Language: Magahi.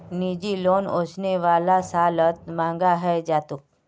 निजी लोन ओसने वाला सालत महंगा हैं जातोक